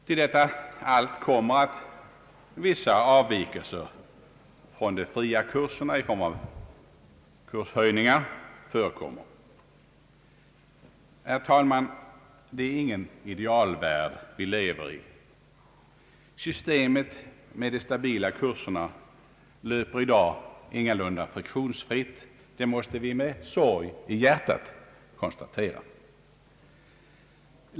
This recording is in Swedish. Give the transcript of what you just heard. Till allt detta kommer att vissa avvikelser från de fria kurserna i form av kurshöjningar förekommer. Herr talman! Det är ingen idealvärld vi lever i. Systemet med de stabila kurserna löper i dag ingalunda friktionsfritt, det måste vi med sorg i hjärtat konstatera.